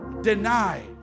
deny